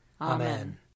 Amen